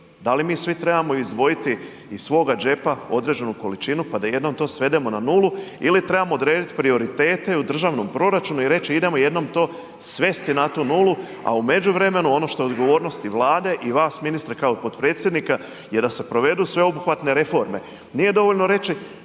Da li mi svi trebamo izdvojiti iz svoga džepa određenu količinu pa da jednom to svedemo na nulu ili trebamo odrediti prioritete i u državnom proračunu i reći idemo jednom to svesti na tu nulu a u međuvremenu ono što je odgovornost i Vlade i vas ministre kao potpredsjednika je da se provedu sve obuhvatne reforme. Nije dovoljno reći,